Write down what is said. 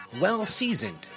Well-seasoned